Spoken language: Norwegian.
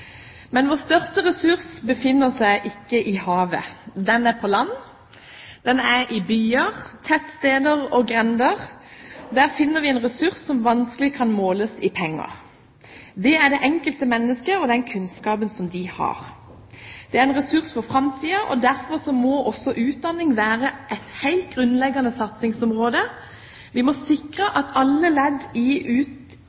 Men vår største ressurs befinner seg ikke i havet. Den er på land. Den er i byer, tettsteder og grender. Der finner vi en ressurs som vanskelig kan måles i penger – det enkelte mennesket og den kunnskapen man har. Det er en ressurs for framtiden, og derfor må også utdanning være et helt grunnleggende satsingsområde. Vi må sikre